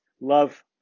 love